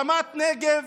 רמת נגב